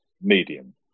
medium